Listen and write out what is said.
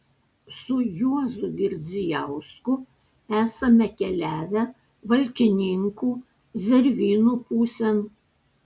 su juozu girdzijausku esame keliavę valkininkų zervynų pusėn